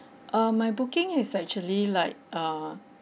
uh my booking is actually like uh